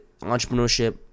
entrepreneurship